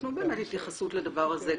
תנו באמת התייחסות לדבר הזה.